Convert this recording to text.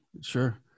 Sure